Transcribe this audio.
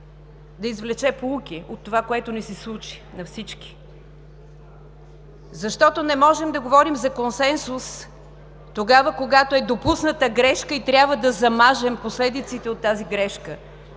да извлече поуки от това, което ни се случи на всички. Не можем да говорим за консенсус тогава, когато е допусната грешка и трябва да замажем последиците от тази грешка.